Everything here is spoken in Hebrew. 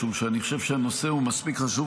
משום שאני חושב שהנושא הוא מספיק חשוב